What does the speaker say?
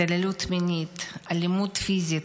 התעללות מינית, אלימות פיזית,